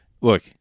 look